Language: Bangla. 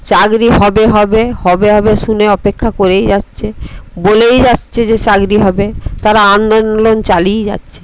চাকরি হবে হবে হবে হবে শুনে অপেক্ষা করেই যাচ্ছে বলেই আসছে যে চাকরি হবে তারা আন্দোনলন চালিই যাচ্ছে